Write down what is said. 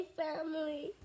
family